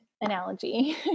analogy